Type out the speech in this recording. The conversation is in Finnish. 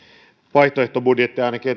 vaihtoehtobudjetteja ainakin